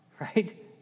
right